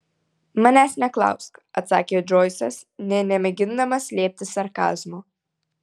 manęs neklausk atsakė džoisas nė nemėgindamas slėpti sarkazmo